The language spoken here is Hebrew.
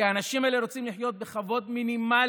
כי האנשים האלה רוצים לחיות בכבוד מינימלי,